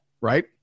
right